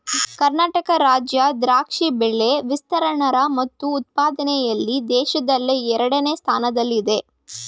ಕರ್ನಾಟಕ ರಾಜ್ಯ ದ್ರಾಕ್ಷಿ ಬೆಳೆ ವಿಸ್ತೀರ್ಣ ಮತ್ತು ಉತ್ಪಾದನೆಯಲ್ಲಿ ದೇಶದಲ್ಲೇ ಎರಡನೇ ಸ್ಥಾನದಲ್ಲಿದೆ